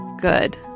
Good